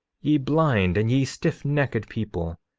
ye blind, and ye stiffnecked people,